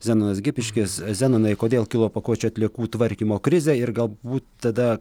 zenonas gipiškis zenonai kodėl kilo pakuočių atliekų tvarkymo krizė ir galbūt tada